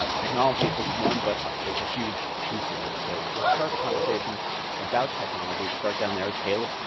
um technology is just one, but it's a huge piece of it, so let's start the conversation about technology. we'll start down there with caleb.